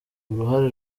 uruhare